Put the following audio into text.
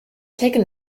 taken